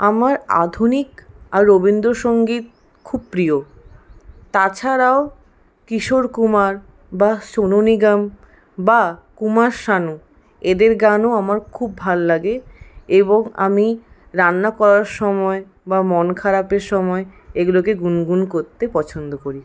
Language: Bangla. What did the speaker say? আমার আধুনিক আর রবীন্দ্রসঙ্গীত খুব প্রিয় তাছাড়াও কিশোর কুমার বা সোনু নিগম বা কুমার শানু এদের গানও আমার খুব ভাল লাগে এবং আমি রান্না করার সময় বা মন খারাপের সময় এগুলোকে গুনগুন করতে পছন্দ করি